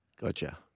Gotcha